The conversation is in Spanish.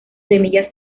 semillas